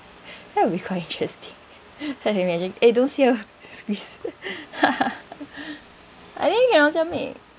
that'll be quite thrifty just imagine eh don't syrup squeeze I think we can also make